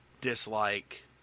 dislike